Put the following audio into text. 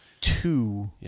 Two